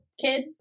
kid